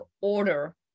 order